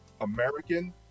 American